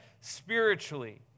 spiritually